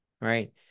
right